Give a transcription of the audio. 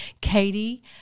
katie